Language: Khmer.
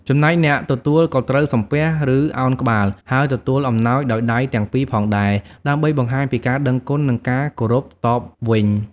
ចំណែកអ្នកទទួលក៏ត្រូវសំពះ ឬឱនក្បាល ហើយទទួលអំណោយដោយដៃទាំងពីរផងដែរ ដើម្បីបង្ហាញពីការដឹងគុណ និងការគោរពតបវិញ។